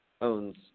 owns